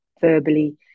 verbally